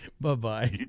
Bye-bye